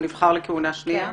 הוא נבחר לכהונה שנייה.